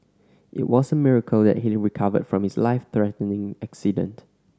it was a miracle that he recovered from his life threatening accident